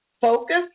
Focus